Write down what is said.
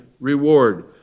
reward